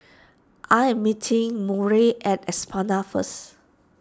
I am meeting Maury at Espada first